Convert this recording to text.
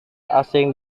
asing